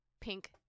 pink